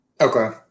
Okay